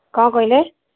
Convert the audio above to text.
କ'ଣ କହିଲେ